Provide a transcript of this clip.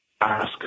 ask